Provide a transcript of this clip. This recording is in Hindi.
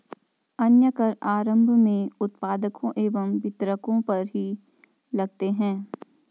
अन्य कर आरम्भ में उत्पादकों एवं वितरकों पर ही लगते हैं